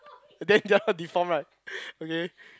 then that one deform right okay